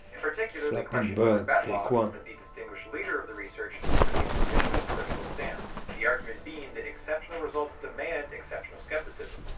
in particular they questioned whether batlogg as the distinguished leader of the research took a sufficiently critical stance. the argument being that exceptional results demand exceptional skepticism,